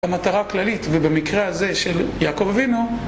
במטרה כללית, ובמקרה הזה של יעקב אבינו,